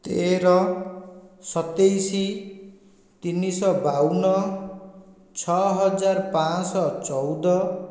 ତେର ସତେଇଶ ତିନିଶହ ବାଉନ ଛଅ ହଜାର ପାଞ୍ଚଶହ ଚଉଦ